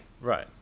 right